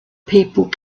people